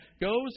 goes